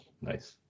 Nice